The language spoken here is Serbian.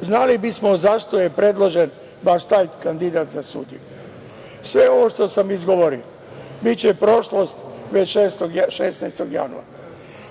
Znali bismo zašto je predložen baš taj kandidat za sudiju. Sve ovo što sam izgovorio, biće prošlost već 16. januara,